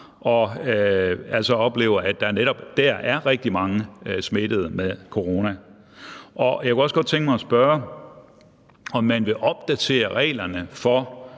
oplever, at der netop dér er rigtig mange smittet med corona? Jeg kunne også godt tænke mig at spørge, om man vil opdatere reglerne for